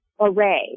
array